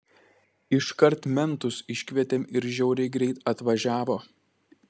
iškart mentus iškvietėm ir žiauriai greit atvažiavo